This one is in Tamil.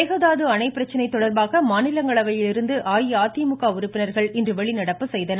மேகதாது அணை பிரச்னை தொடர்பாக மாநிலங்ளவையிலிருந்து அஇஅதிமுக உறுப்பினர்கள் இன்று வெளிநடப்பு செய்தனர்